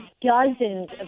dozens